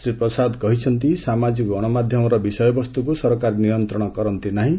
ଶ୍ରୀ ପ୍ରସାଦ କହିଛନ୍ତି ସାମାଜିକ ଗଣମାଧ୍ୟମର ବିଷୟବସ୍ତୁକୁ ସରକାର ନିୟନ୍ତ୍ରଣ କରନ୍ତି ନାହିଁ